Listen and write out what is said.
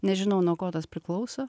nežinau nuo ko tas priklauso